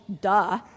duh